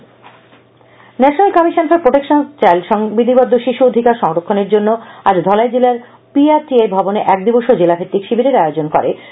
Shibir national commission for protection child সংবিধিবদ্ধ শিশু অধিকার সংরক্ষণের জন্য আজ ধলাই জেলার পি আর টি আই ভবনে এক দিবসীয় জেলা ভিত্তিক শিবিরের আয়োজন করা হয়